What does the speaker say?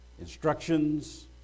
instructions